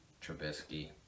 Trubisky